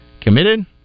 committed